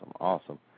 awesome